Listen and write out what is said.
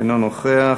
אינו נוכח,